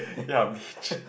ya beach